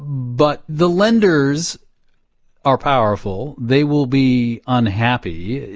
but the lenders are powerful. they will be unhappy.